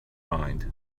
mind